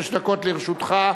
שש דקות לרשותך,